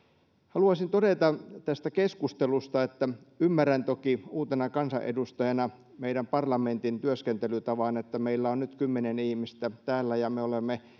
haluaisin todeta tästä keskustelusta että ymmärrän toki uutena kansanedustajana meidän parlamentin työskentelytavan että meillä on nyt kymmenen ihmistä täällä ja me olemme